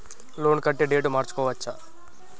Loan కట్టే date మార్చుకోవచ్చా?